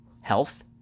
Health